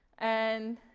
and,